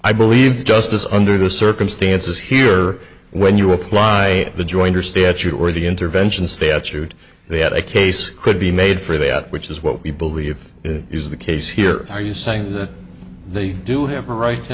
i believe justice under the circumstances here when you apply the joinder statute or the intervention statute they had a case could be made for that which is what we believe is the case here are you saying that they do have a right to